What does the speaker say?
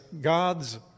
God's